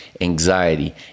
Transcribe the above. anxiety